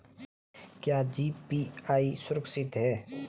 क्या जी.पी.ए सुरक्षित है?